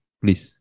please